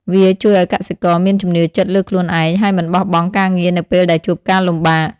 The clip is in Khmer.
វាជួយឲ្យកសិករមានជំនឿចិត្តលើខ្លួនឯង ហើយមិនបោះបង់ការងារនៅពេលដែលជួបការលំបាក។